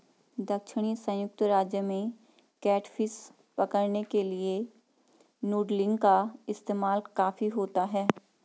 दक्षिणी संयुक्त राज्य में कैटफिश पकड़ने के लिए नूडलिंग का इस्तेमाल काफी होता है